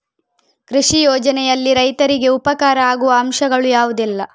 ಕೃಷಿ ಯೋಜನೆಯಲ್ಲಿ ರೈತರಿಗೆ ಉಪಕಾರ ಆಗುವ ಅಂಶಗಳು ಯಾವುದೆಲ್ಲ?